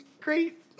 great